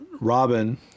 Robin